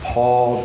Paul